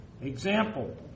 example